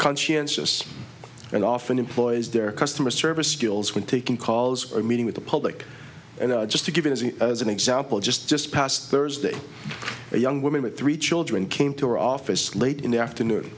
conscientious and often employees their customer service skills when taking calls or meeting with the public and just to give you an example just just past thursday a young woman with three children came to her office late in the afternoon